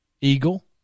Eagle